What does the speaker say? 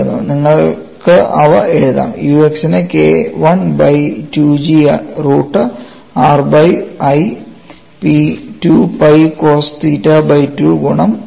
നിങ്ങൾക്ക് അവ എഴുതാം ux നെ KI by 2 G root r by I 2 pi cos theta by 2 ഗുണം K